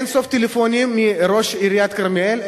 אין-סוף טלפונים מראש עיריית כרמיאל,